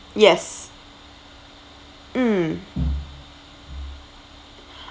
yes mm